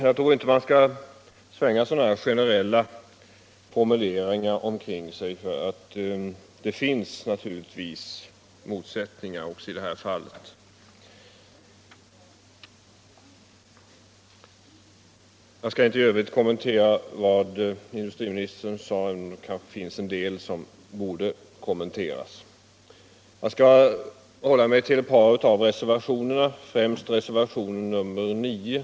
Jag tror inte att man bör svänga sådana här generella formuleringar omkring sig, för det finns naturligtvis motsättningar också i det här fallet. Jag skall i övrigt inte kommentera vad industriministern sade, även om en del av detta nog borde kommenteras. Jag skall hålla mig till ett par av reservationerna, främst till reservationen 9 vid näringsutskottets betänkande nr 54.